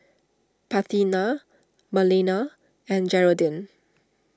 Parthenia Marlena and Jeraldine